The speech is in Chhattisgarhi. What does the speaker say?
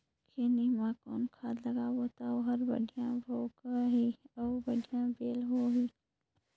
खैनी मा कौन खाद लगाबो ता ओहार बेडिया भोगही अउ बढ़िया बैल होही?